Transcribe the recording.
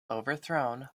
overthrown